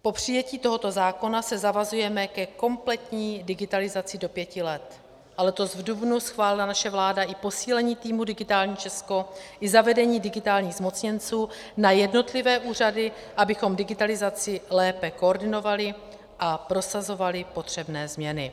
Po přijetí tohoto zákona se zavazujeme ke kompletní digitalizaci do pěti let a letos v dubnu schválila naše vláda i posílení týmu Digitální Česko, i zavedení digitálních zmocněnců na jednotlivé úřady, abychom digitalizaci lépe koordinovali a prosazovali potřebné změny.